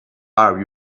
are